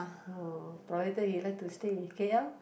orh provided he like to stay in K_L